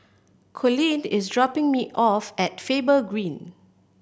colleen is dropping me off at Faber Green